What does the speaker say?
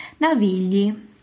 Navigli